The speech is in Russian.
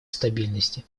стабильности